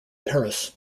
paris